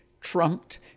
trumped